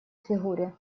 фигуре